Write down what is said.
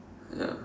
ya